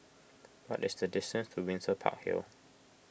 what is the distance to Windsor Park Hill